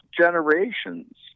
generations